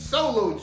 Solo